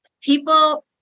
people